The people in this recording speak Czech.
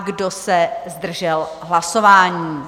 Kdo se zdržel hlasování?